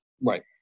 Right